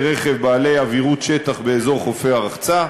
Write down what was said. רכב בעלי עבירות שטח באזור חופי הרחצה.